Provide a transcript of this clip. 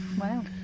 Wow